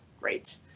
great